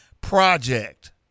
Project